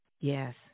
Yes